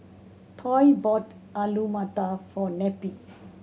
Toy bought Alu Matar for Neppie